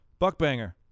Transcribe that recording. Buckbanger